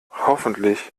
hoffentlich